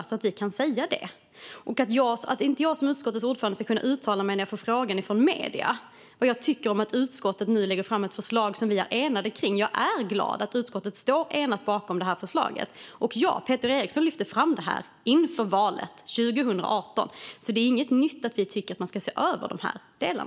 Skulle jag som utskottets ordförande inte kunna uttala mig när jag från medierna får frågan vad jag tycker om att utskottet nu lägger fram ett förslag som vi är enade kring? Jag är glad att utskottet står enat bakom detta förslag. Peter Eriksson lyfte fram detta inför valet 2018, så det är inget nytt att vi tycker att man ska se över dessa delar.